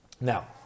Now